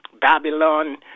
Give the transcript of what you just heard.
Babylon